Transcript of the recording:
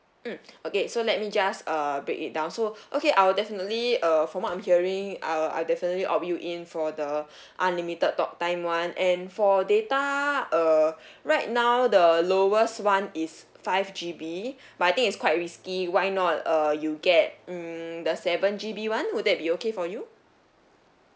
mm okay so let me just uh break it down so okay I will definitely err from what I'm hearing I I'll definitely opt you in for the unlimited talk time [one] and for data uh right now the lowest one is five G_B but I think it's quite risky why not uh you get mm the seven G_B one would that be okay for you